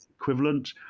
equivalent